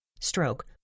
stroke